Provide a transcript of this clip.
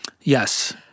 Yes